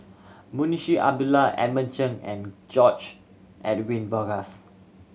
Munshi Abdullah Edmund Cheng and George Edwin Bogaars